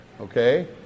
okay